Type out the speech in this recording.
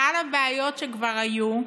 על הבעיות שכבר היו,